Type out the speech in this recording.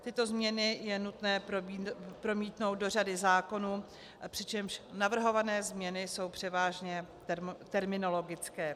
Tyto změny je nutné promítnout do řady zákonů, přičemž navrhované změny jsou převážně terminologické.